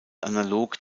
analog